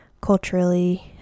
culturally